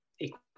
equal